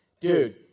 Dude